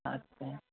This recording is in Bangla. আচ্ছা